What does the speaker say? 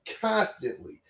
constantly